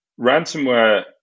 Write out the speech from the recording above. ransomware